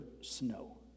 snow